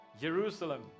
jerusalem